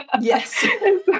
Yes